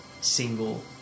single